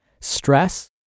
Stress